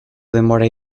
denbora